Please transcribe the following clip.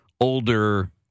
older